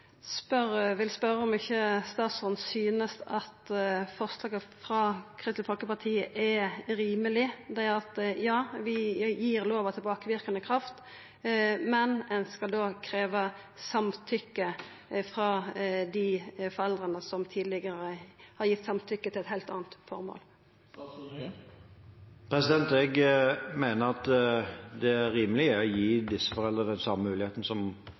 vil spørja om ikkje statsråden synest at forslaget frå Kristeleg Folkeparti er rimeleg, at vi gir lova tilbakeverkande kraft, men at ein da skal krevja samtykke frå dei foreldra som tidlegare har gitt samtykke til eit heilt anna formål. Jeg mener at det rimelige er å gi disse foreldrene den samme muligheten som